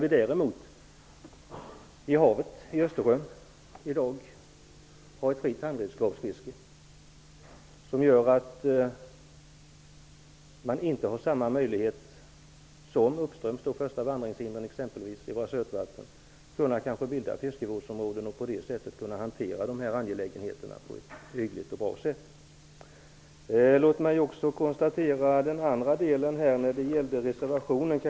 I Östersjön har vi däremot i dag ett fritt handredskapsfiske som gör att man inte har samma möjlighet som uppströms första vandringshindret i sötvatten att bilda fiskevårdsområden och på det sättet kunna hantera de här angelägenheterna på ett hyggligt och bra sätt. Kaj Larsson tog också upp den andra delen i reservationen.